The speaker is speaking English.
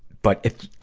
but if,